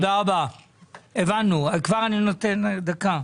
הבנו, תודה.